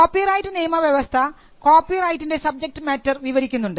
copyright നിയമവ്യവസ്ഥ കോപ്പിറൈറ്റിൻറെ subject matter വിവരിക്കുന്നുണ്ട്